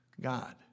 God